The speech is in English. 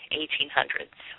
1800s